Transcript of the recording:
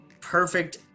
Perfect